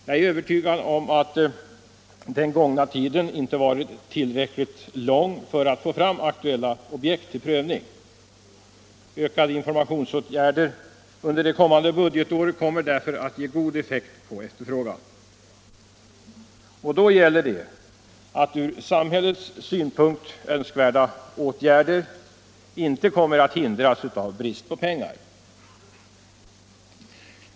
Jag tror att den gångna tiden inte varit tillräckligt lång för att man skall kunna räkna med att ha fått fram aktuella objekt till prövning. Ökade informationsinsatser under det kommande budgetåret kommer därför att ge god effekt på efterfrågan. Då gäller det att ur samhällets synpunkt önskvärda åtgärder inte hindras av brist på pengar.